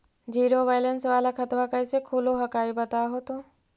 Zero balance वाला खतवा कैसे खुलो हकाई बताहो तो?